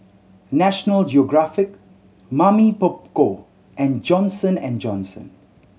National Geographic Mamy Poko and Johnson and Johnson